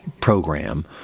program